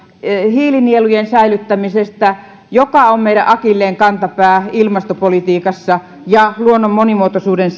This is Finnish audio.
hiilinielujen säilyttämisestä joka on meidän akilleenkantapäämme ilmastopolitiikassa ja luonnon monimuotoisuuden